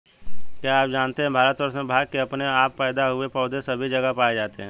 क्या आप जानते है भारतवर्ष में भांग के अपने आप पैदा हुए पौधे सभी जगह पाये जाते हैं?